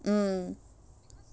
mm